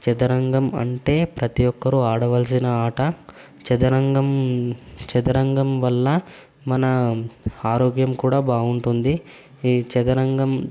చదరంగం అంటే ప్రతి ఒక్కరు ఆడాల్సిన ఆట చదరంగం చదరంగం వల్ల మన ఆరోగ్యం కూడా బాగుంటుంది ఈ చదరంగం